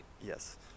Yes